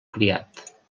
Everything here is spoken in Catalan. criat